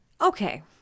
okay